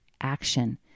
action